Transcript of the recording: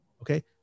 Okay